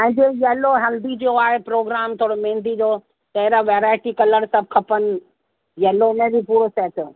हाणे जीअं यैलो हल्दी जो आहे प्रोग्राम थोरो मेहंदी जो त एड़ा वैरायटी कलर सब खपनि यैलो में बि पूरो सैट